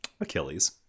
achilles